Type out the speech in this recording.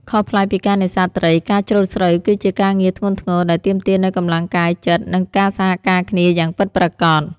ខុសប្លែកពីការនេសាទត្រី ការច្រូតស្រូវគឺជាការងារធ្ងន់ធ្ងរដែលទាមទារនូវកម្លាំងកាយចិត្តនិងការសហការគ្នាយ៉ាងពិតប្រាកដ។